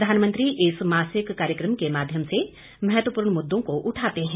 प्रधानमंत्री इस मासिक कार्यक्रम के माध्यम से महत्वपूर्ण मुद्दों को उठाते हैं